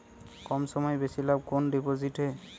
কম সময়ে বেশি লাভ কোন ডিপোজিটে?